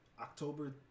October